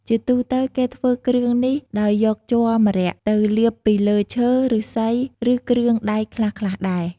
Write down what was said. ជាទូទៅ គេធ្វើគ្រឿងនេះដោយយកជ័រម្រ័ក្សណ៍ទៅលាបពីលើឈើ ឫស្សី ឬ គ្រឿងដែកខ្លះៗដែរ។